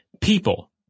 people